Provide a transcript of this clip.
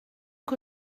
que